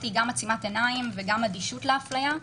היא גם עצימת עיניים וגם אדישות להפליה,